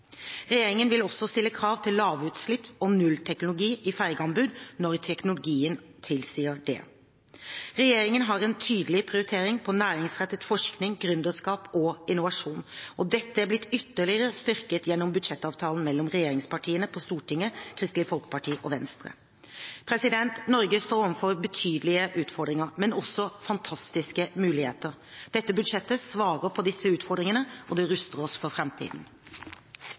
Regjeringen vil også stille krav til lavutslipp og nullteknologi i fergeanbud når teknologien tilsier det. Regjeringen har en tydelig prioritering på næringsrettet forskning, gründerskap og innovasjon, og dette er blitt ytterligere styrket gjennom budsjettavtalen mellom regjeringspartiene på Stortinget, Kristelig Folkeparti og Venstre. Norge står overfor betydelige utfordringer, men også fantastiske muligheter. Dette budsjettet svarer på disse utfordringene og ruster oss for